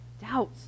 doubts